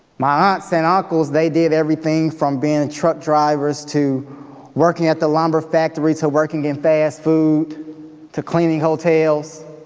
my aunts and uncles, they did everything from being and truck drivers to working at the lumber factory to working in fast food to cleaning hotels